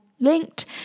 linked